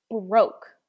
broke